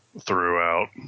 throughout